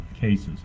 cases